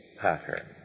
pattern